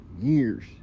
years